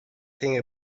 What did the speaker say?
thing